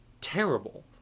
terrible